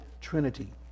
Trinity